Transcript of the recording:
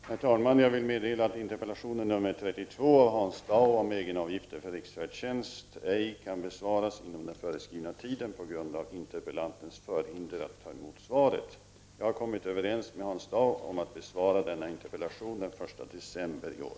Herr talman! Jag vill meddela att interpellation 32 av Hans Dau om egenavgifter för riksfärdtjänst ej kan besvaras inom den föreskrivna tiden på grund av interpellantens förhinder att ta emot svaret. Jag har kommit överens med Hans Dau om att besvara denna interpellation den 1 december.